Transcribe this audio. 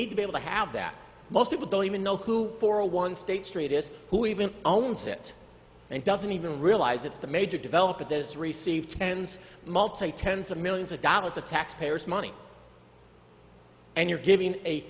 need to be able to have that most people don't even know who for a one state street is who even owns it and doesn't even realize it's the major developing there is received tens multi tens of millions of dollars of taxpayers money and you're giving a